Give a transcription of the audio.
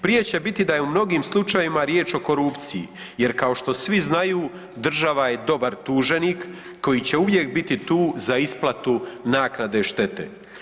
Prije će biti da je u mnogim slučajevima riječ o korupciji, jer kao što svi znaju država je dobar tuženik koji će uvijek biti tu za isplatu naknade štete.